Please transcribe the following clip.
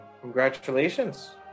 Congratulations